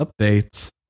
Updates